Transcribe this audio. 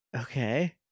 Okay